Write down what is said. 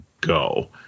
go